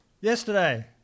Yesterday